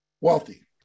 wealthy